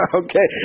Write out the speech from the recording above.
okay